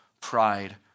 pride